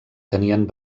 tenien